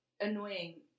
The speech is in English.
annoying